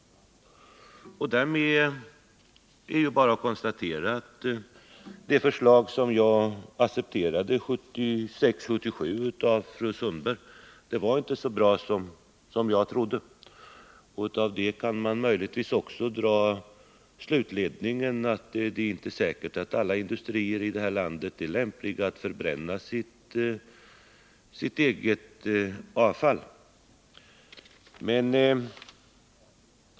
Därmed är det bara att konstatera att fru Sundbergs förslag som jag accepterade 1976/77 inte var så bra som jag trodde. Av det kan man möjligtvis också dra slutsatsen att det inte är säkert att alla industrier i detta land är lämpliga att förbränna sitt eget avfall.